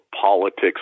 politics